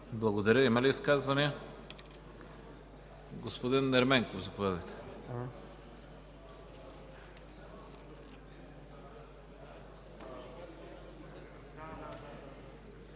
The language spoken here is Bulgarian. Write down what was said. Благодаря. Има ли изказвания? Господин Ерменков, заповядайте.